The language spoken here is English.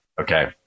Okay